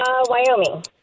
Wyoming